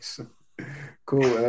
Cool